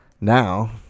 Now